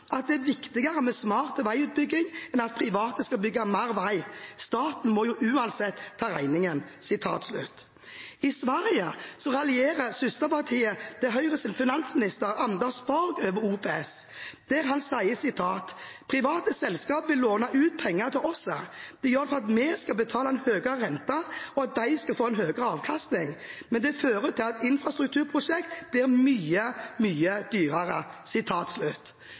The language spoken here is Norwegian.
at det er viktigere med smart veiutbygging enn at private skal bygge mer vei – staten må jo uansett ta regningen. I Sverige raljerer Moderaternas – søsterpartiet til Høyre – finansminister Anders Borg over OPS. Han sier at private selskaper vil låne ut penger til oss for at vi skal betale en høyere rente, og for at de skal få en avkastning, men at det fører til at infrastrukturprosjekter blir mye, mye dyrere.